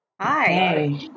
Hi